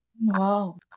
Wow